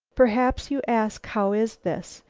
perhaps you ask how is this?